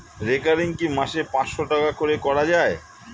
Recurring কি মাসে পাঁচশ টাকা করে করা যায়?